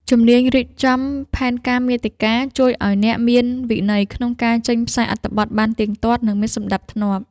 ជំនាញរៀបចំផែនការមាតិកា ជួយឱ្យអ្នកមានវិន័យក្នុងការចេញផ្សាយអត្ថបទបានទៀងទាត់ និងមានសណ្ដាប់ធ្នាប់។